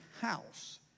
house